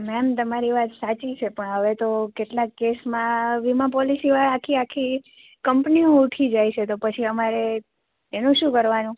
ma'am તમારી વાત સાચી છે પણ હવે તો કેટલાક કેસમાં વીમા પોલિસીઓ એ આખી આખી કંપનીઓ ઉઠી જાય છે તો પછી તો અમારે એનું શું કરવાનું